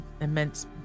immense